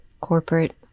corporate